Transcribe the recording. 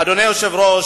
אדוני היושב-ראש,